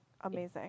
Amazing